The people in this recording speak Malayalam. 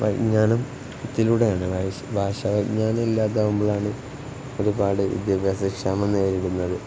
വിജ്ഞാനം ഇതിലൂടെയാണ് ഭാഷ വിജ്ഞാനം ഇല്ലാതാകുമ്പോൾ ആണ് ഒരുപാട് വിദ്യാഭ്യാസ ക്ഷാമം നേരിടുന്നത്